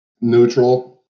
neutral